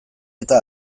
eta